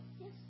Yes